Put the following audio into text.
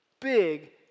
Big